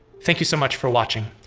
thank you so much for watching.